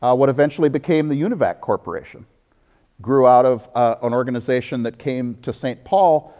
ah what eventually became the univac corporation grew out of an organization that came to st paul,